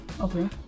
Okay